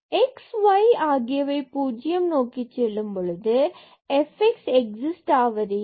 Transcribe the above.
x y 0 0 நோக்கிச் செல்லும் பொழுது fx எக்ஸிஸ்ட் ஆவது இல்லை